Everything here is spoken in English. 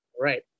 right